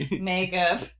makeup